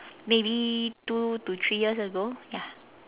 maybe two to three years ago ya